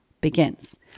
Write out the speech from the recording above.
begins